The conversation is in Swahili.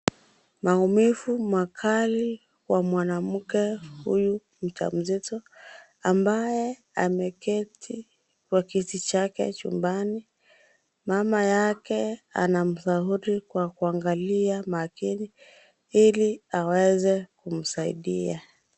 Maumivu makali kwa mwanamke huyu mjamzito amabye ameketi kwa kiti chake chumbani. Mama yake anashauri kwa kuangalia makini ili aweze kumsaidia.